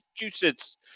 Massachusetts